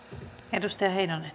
arvoisa